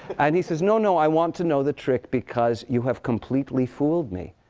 and he says, no, no. i want to know the trick. because you have completely fooled me.